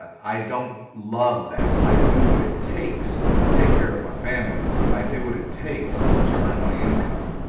i don't love that. i do what it takes to take care of my family i do what it takes to earn my income.